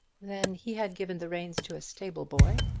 then he had given the reins to a stable boy,